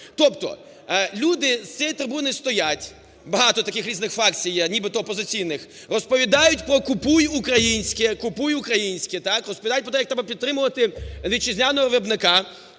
Тобто люди з цієї трибуни стоять, багато таких різних фракцій є, нібито опозиційних, розповідають про "купуй українське", "купуй українське". Так? Розповідають про те, як треба підтримувати вітчизняного виробника.